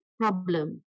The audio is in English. problem